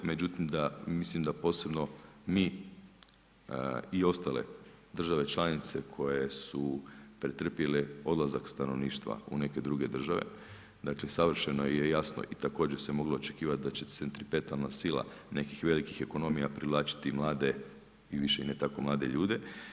Međutim da, mislim da posebno mi i ostale države članice koje su pretrpjele odlazak stanovništva u neke druge države, dakle savršeno je jasno i također se moglo očekivati da će centripetalna sila nekih velikih ekonomija privlačiti mlade i više ne tako mlade ljude.